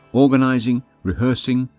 organizing, rehearsing,